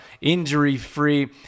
injury-free